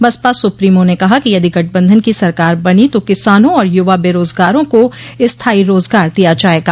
Baspa supremo ने कहा कि यदि गठबंधन की सरकार बनी तो किसानों और य्वा बेरोजगारों को स्थाई रोजगार दिया जायेगा